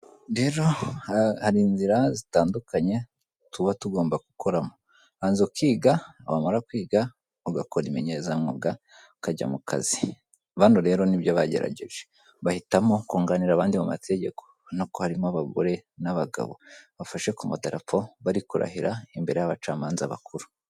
Rero hari inzira zitandukanye tuba tugomba gukoramo urabahanza ukiga wamara kwiga ugakora imenyerezamwuga ukajya mu kazi, bano rero nibyo bagerageje bahitamo kunganira abandi mu mategeko, urabona ko harimo abagore n'abagabo bafashe ku matararapo bari kurahira imbere y'abacamanza bakuru.